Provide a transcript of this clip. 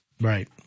Right